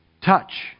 touch